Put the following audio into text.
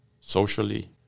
socially